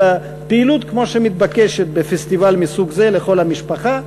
אלא פעילות כמו שמתבקשת בפסטיבל מסוג זה לכל המשפחה.